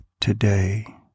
today